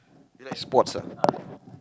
you like sports ah